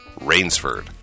Rainsford